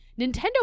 Nintendo